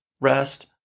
rest